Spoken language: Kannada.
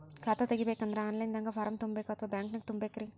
ಖಾತಾ ತೆಗಿಬೇಕಂದ್ರ ಆನ್ ಲೈನ್ ದಾಗ ಫಾರಂ ತುಂಬೇಕೊ ಅಥವಾ ಬ್ಯಾಂಕನ್ಯಾಗ ತುಂಬ ಬೇಕ್ರಿ?